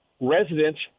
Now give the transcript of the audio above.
residents